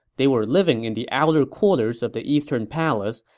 they were living in the outer quarters of the eastern palace,